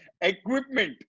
equipment